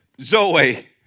Zoe